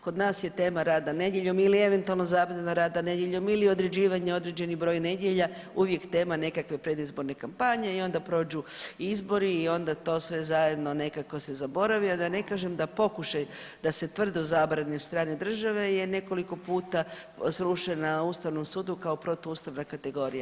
Kod nas je tema rada nedjeljom ili eventualno zabrana rada nedjeljom ili određivanje određeni broj nedjelja, uvijek nema nekakve predizborne kampanje i onda prođu izbori i onda to sve zajedno nekako se zaboravi, a da ne kažem da pokušaj da se tvrdo zabrani od strane države je nekoliko puta srušen na Ustavnom sudu kao protuustavna kategorija.